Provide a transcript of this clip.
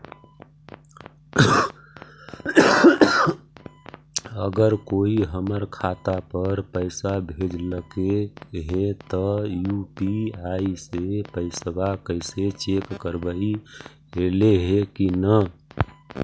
अगर कोइ हमर खाता पर पैसा भेजलके हे त यु.पी.आई से पैसबा कैसे चेक करबइ ऐले हे कि न?